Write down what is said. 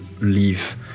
leave